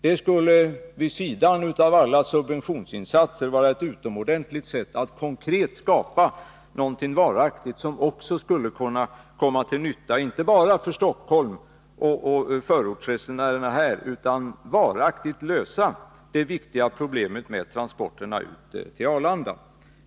Det skulle vid sidan av alla subventionsinsatser vara ett utomordentligt sätt att konkret skapa någonting som inte bara skulle komma till nytta för Stockholm och dess förortsresenärer, utan som varaktigt skulle kunna lösa det viktiga problemet med transporterna ut till Arlanda.